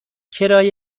کرایه